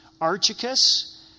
Archicus